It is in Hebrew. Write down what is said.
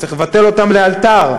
שצריך לבטל אותם לאלתר,